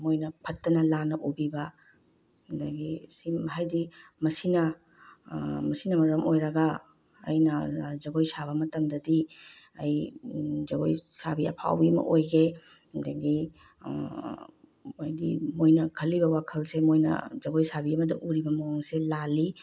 ꯃꯣꯏꯅ ꯐꯠꯇꯅ ꯂꯥꯟꯅ ꯎꯕꯤꯕ ꯑꯗꯒꯤ ꯁꯨꯝ ꯍꯥꯏꯗꯤ ꯃꯁꯤꯅ ꯃꯁꯤꯅ ꯃꯔꯝ ꯑꯣꯏꯔꯒ ꯑꯩꯅ ꯖꯒꯣꯏ ꯁꯥꯕ ꯃꯇꯝꯗꯗꯤ ꯑꯩ ꯖꯒꯣꯏ ꯁꯥꯕꯤ ꯑꯐꯥꯎꯕꯤ ꯑꯃ ꯑꯣꯏꯒꯦ ꯑꯗꯒꯤ ꯍꯥꯏꯗꯤ ꯃꯣꯏꯅ ꯈꯜꯂꯤꯕ ꯋꯥꯈꯜꯁꯦ ꯃꯣꯏꯅ ꯖꯒꯣꯏ ꯁꯥꯕꯤ ꯑꯃꯗ ꯎꯔꯤꯕ ꯃꯑꯣꯡꯁꯦ ꯂꯥꯜꯂꯤ